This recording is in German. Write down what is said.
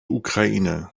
ukraine